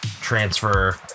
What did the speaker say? transfer